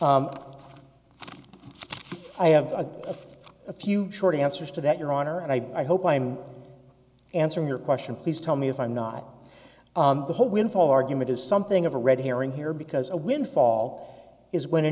the i have a few a few short answers to that your honor and i hope i'm answering your question please tell me if i'm not the whole winfall argument is something of a red herring here because a windfall is when a